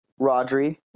Rodri